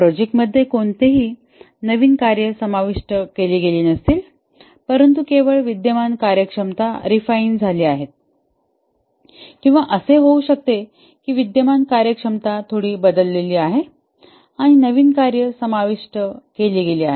project मध्ये कोणतीही नवीन कार्ये समाविष्ट केली गेली नसतील परंतु केवळ विद्यमान कार्यक्षमता रिफाइन झाली आहेत किंवा असे होऊ शकते की विद्यमान कार्यक्षमता थोडी बदलली आहेत आणि नवीन कार्ये समाविष्ट केली गेली आहेत